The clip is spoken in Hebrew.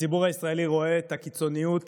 הציבור הישראלי רואה את הקיצוניות